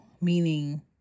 meaning